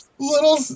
Little